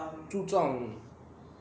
注重